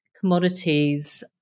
commodities